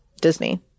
Disney